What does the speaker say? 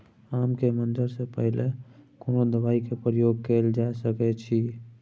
आम के मंजर से पहिले कोनो दवाई के प्रयोग कैल जा सकय अछि?